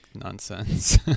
nonsense